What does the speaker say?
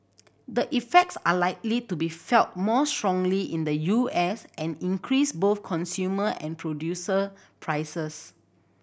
the effects are likely to be felt more strongly in the U S and increase both consumer and producer prices